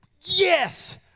yes